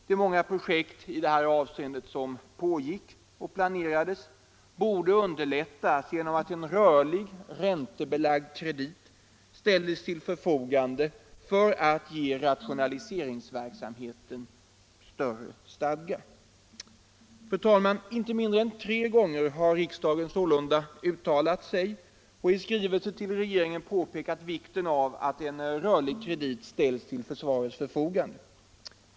De många projekt i detta avseende som pågick och planerades borde underlättas genom att en räntebelagd rörlig kredit ställdes till förfogande för att ge rationaliseringsverksamheten större stadga. Fru talman! Inte mindre än tre gånger har riksdagen sålunda uttalat sig och i skrivelser till regeringen påpekat vikten av att en rörlig kredit ställs till försvarets förfogande.